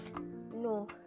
No